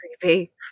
creepy